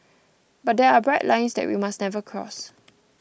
but there are bright lines that we must never cross